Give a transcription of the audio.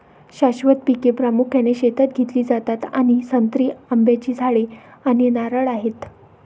शाश्वत पिके प्रामुख्याने शेतात घेतली जातात आणि संत्री, आंब्याची झाडे आणि नारळ आहेत